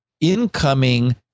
incoming